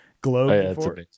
globe